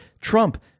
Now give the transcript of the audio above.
Trump